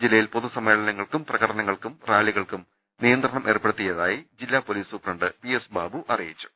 ജില്ലയിൽ പൊതുസമ്മേളന ങ്ങൾക്കും പ്രകടനങ്ങൾക്കും റാലികൾക്കും നിയന്ത്രണം ഏർപ്പെടുത്തിയതായി ജില്ലാ police superintendent P S Babu അറിയിച്ചു